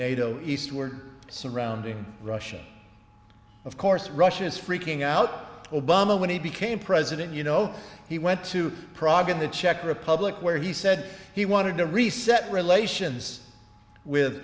nato eastward surrounding russian of course russia is freaking out obama when he became president you know he went to prague in the czech republic where he said he wanted to reset relations with